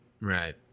Right